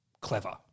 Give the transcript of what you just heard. clever